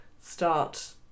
start